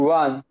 one